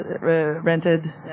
rented